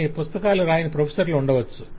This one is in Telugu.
కానీ పుస్తకాలు రాయని ప్రొఫెసర్లు ఉండవచ్చు